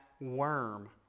worm